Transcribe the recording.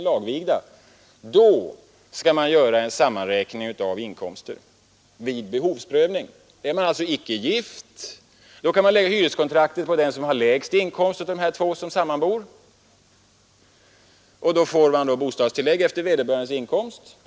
Då skall en sammanräkning av inkomster göras vid behovsprövning. Är man alltså icke gift, kan man lägga hyreskontraktet på den som har den lägsta inkomsten av de två som sammanbor, och då får man bostadstillägg efter vederbörandes inkomst.